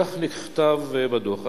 כך נכתב בדוח,